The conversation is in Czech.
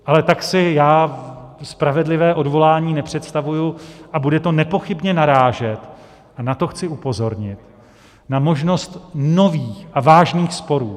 Ale tak si já spravedlivé odvolání nepředstavuji a bude to nepochybně narážet a na to chci upozornit na možnost nových a vážných sporů.